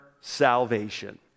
salvation